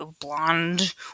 blonde